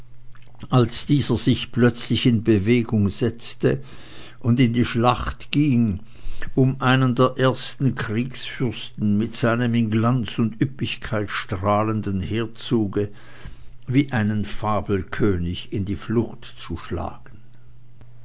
als dieser sich jetzt plötzlich in bewegung setzte und in die schlacht ging um einen der ersten kriegsfürsten mit seinem in glanz und üppigkeit strahlenden heerzuge wie einen fabelkönig in die flucht zu schlagen